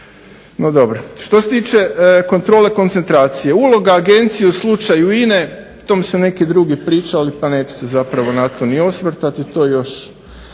no dobro. Što se tiče kontrole koncentracije, uloga Agencije u slučaju INA, o tom su neki drugi pričali pa neću se zapravo na to ni osvrtat.